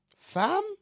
Fam